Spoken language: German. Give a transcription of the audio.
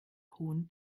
hohen